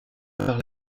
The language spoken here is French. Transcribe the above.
par